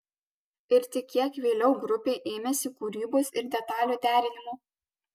ir tik kiek vėliau grupė ėmėsi kūrybos ir detalių derinimo